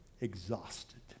exhausted